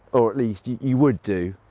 or at least you would do,